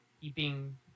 keeping